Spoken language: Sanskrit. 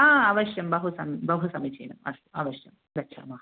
अवश्यं बहुसम् बहुसमीचीनम् अस्तु अवश्यं गच्छामः